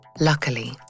Luckily